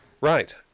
right